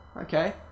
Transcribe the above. Okay